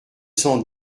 cent